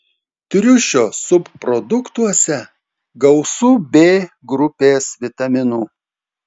triušio subproduktuose gausu b grupės vitaminų